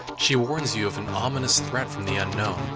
she warns you of an ominous threat from the unknown.